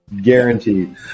Guaranteed